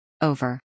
Over